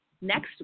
next